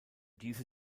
diese